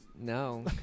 No